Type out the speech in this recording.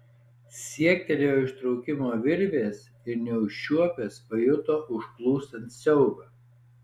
siektelėjo ištraukimo virvės ir neužčiuopęs pajuto užplūstant siaubą